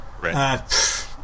right